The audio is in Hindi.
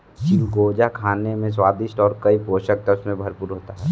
चिलगोजा खाने में स्वादिष्ट और कई पोषक तत्व से भरपूर होता है